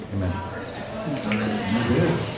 Amen